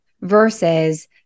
versus